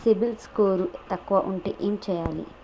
CIBIL score తక్కువ ఉంటే ఏం చేయాలి?